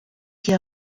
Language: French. qui